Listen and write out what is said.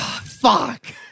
Fuck